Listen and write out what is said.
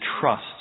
trust